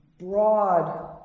broad